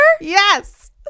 Yes